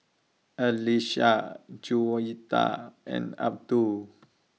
Aisyah Juwita and Abdul